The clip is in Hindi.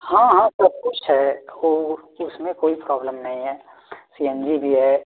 हाँ हाँ सब कुछ है वह उसमें कोई प्रॉब्लम नहीं है सी एन जी भी है